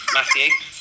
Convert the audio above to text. Matthew